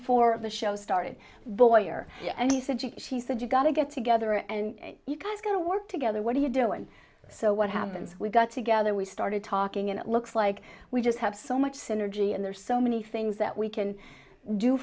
for the show started boyer and he said she said you got to get together and you guys going to work together what do you do and so what happened we got together we started talking and it looks like we just have so much synergy and there's so many things that we can do